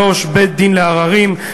73) (בית-דין לעררים),